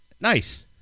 Nice